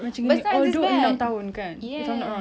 what time is that yes